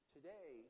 Today